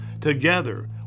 Together